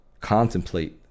contemplate